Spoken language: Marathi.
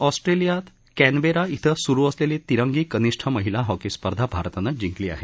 ऑस्ट्रेलियात कम्मबेरा इथं स्रु असलेली तिरंगी कनिष्ठ महिला हॉकी स्पर्धा भारतानं जिंकली आहे